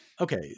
Okay